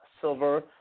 Silver